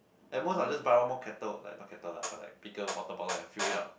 at most I'll just buy one more kettle like not kettle lah but like bigger water bottle and fill it up